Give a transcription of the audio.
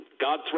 God